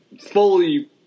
fully